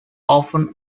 often